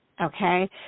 okay